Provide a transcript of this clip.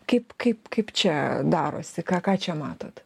kaip kaip kaip čia darosiką ką čia matot